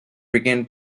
began